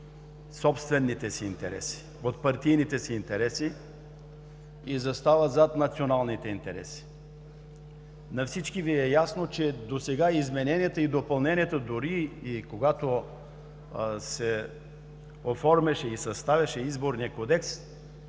от собствените си интереси, от партийните си интереси и застава зад националните интереси. На всички Ви е ясно, че досега измененията и допълненията, дори и когато се оформяше и съставяше Изборният кодекс,